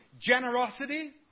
generosity